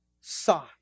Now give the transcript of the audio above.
saw